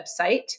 website